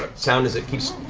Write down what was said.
sound as it keeps,